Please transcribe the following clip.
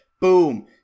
Boom